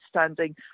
understanding